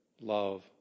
love